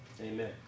Amen